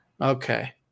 Okay